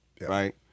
right